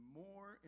more